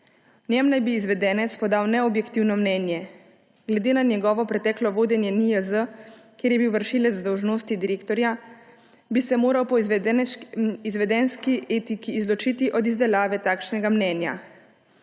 njem naj bi izvedenec podal neobjektivno mnenje. Glede na njegovo preteklo vodenje NIJZ, kjer je bil vršilec dolžnosti direktorja, bi se moral po izvedenski etiki izločiti od izdelave takšnega mnenja.